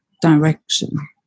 direction